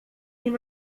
nim